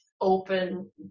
open